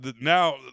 now